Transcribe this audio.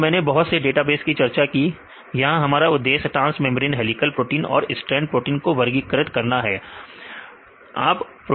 दो मैंने बहुत से डेटाबेस की चर्चा की यहां हमारा उद्देश्य ट्रांस मेंब्रेन हेलीकल प्रोटीन और स्ट्रैंड प्रोटीन को वर्गीकृत करना है